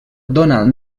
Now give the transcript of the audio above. donald